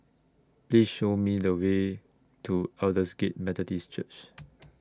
Please Show Me The Way to Aldersgate Methodist Church